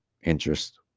interest